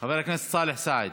חבר הכנסת סאלח סעד,